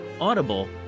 Audible